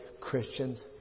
Christians